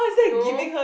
no